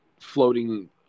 floating